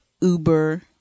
uber